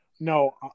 No